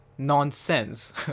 nonsense